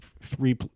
three